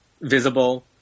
visible